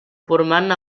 formant